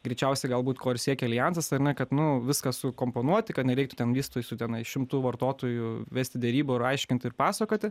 greičiausiai galbūt ko ir siekia aljansas ar ne kad nu viską sukomponuoti kad nereiktų tam vystojui su tenai šimtu vartotojų vesti derybų ir aiškint ir pasakoti